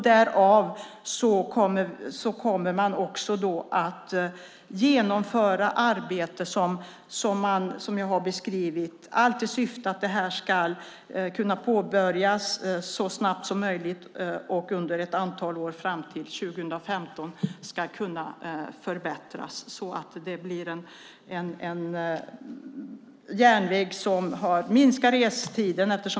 Därefter kommer man också att genomföra det arbete som jag har beskrivit, allt i syfte att detta ska kunna påbörjas så snabbt som möjligt och pågå under ett antal år fram till 2015. Det ska kunna förbättras så att detta blir en järnväg som minskar restiden.